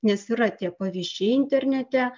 nes yra tie pavyzdžiai internete